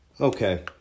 Okay